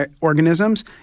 organisms